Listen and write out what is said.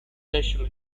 facial